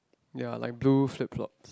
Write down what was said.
ya like blue flipflop